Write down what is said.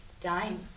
Dime